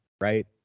right